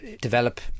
develop